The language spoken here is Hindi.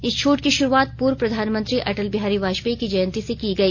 इस छूट की शुरूआत पूर्व प्रधानमंत्री अटल बिहारी वाजपेयी की जयंती से की गई